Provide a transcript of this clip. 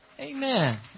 Amen